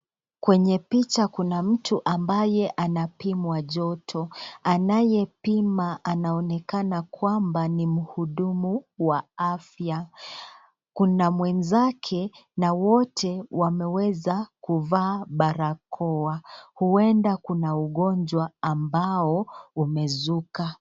Kwenye picha kuna mtu ambaye anapimwa joto, anayepima anaonekana kwamba ni mhudumu wa afya, kuna mwenzake na wote wameweza kuvaa barakoa. Huenda kuna ugonjwa ambao umezuka.